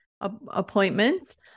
appointments